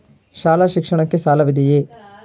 ಶಾಲಾ ಶಿಕ್ಷಣಕ್ಕೆ ಸಾಲವಿದೆಯೇ?